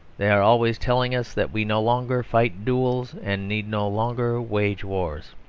they are always telling us that we no longer fight duels and need no longer wage wars.